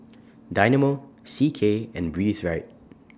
Dynamo C K and Breathe Right